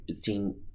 team